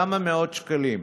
כמה מאות שקלים.